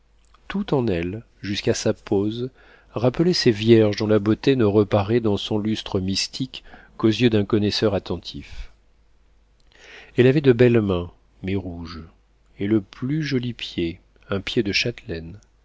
tout en elle jusqu'à sa pose rappelait ces vierges dont la beauté ne reparaît dans son lustre mystique qu'aux yeux d'un connaisseur attentif elle avait de belles mains mais rouges et le plus joli pied un pied de châtelaine